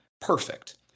perfect